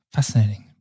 Fascinating